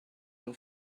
will